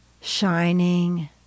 shining